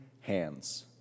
hands